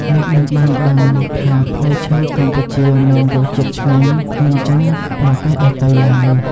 អ្នកនឹងបានដឹងថាផ្លែឈើកម្ពុជាមានរសជាតិឆ្ងាញ់មិនចាញ់ប្រទេសដទៃឡើយ។